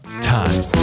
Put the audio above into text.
time